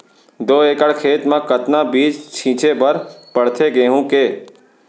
दो एकड़ खेत म कतना बीज छिंचे बर पड़थे गेहूँ के?